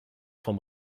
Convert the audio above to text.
vom